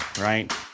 right